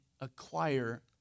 acquire